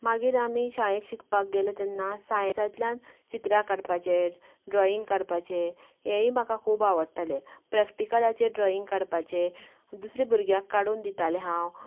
मागीर आमी शाळेंत शिकपाक गेले तेन्ना सायन्सांतल्यान चित्रां काडपाचे ड्रॉयिंग काडपाचें हेयी म्हाका खूब आवडटाले प्रेक्टीकलाचे ड्रॉयींग काडपाचें दुसऱ्या भुरग्यांक काडून दितालें हांव